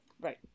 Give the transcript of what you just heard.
Right